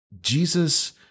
Jesus